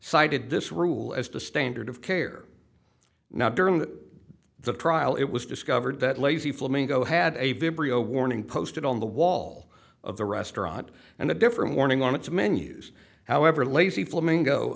cited this rule as to standard of care now during the the trial it was discovered that lazy flamingo had a video warning posted on the wall of the restaurant and a different warning on its menus however lazy flamingo